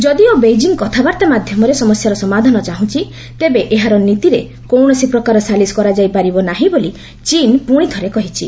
ଯଦିଓ ବେଇଜିଂ କଥାବାର୍ତ୍ତା ମାଧ୍ୟମରେ ସମସ୍ୟାର ସମାଧନା ଚାହୁଁଛି ତେବେ ଏହାର ନୀତିରେ କୌଣସି ପ୍ରକାର ସାଲିସ୍ କରାଯାଇ ପାରିବ ନାର୍ହି ବୋଲି ଚୀନ ପୁଣି ଥରେ କହିଛି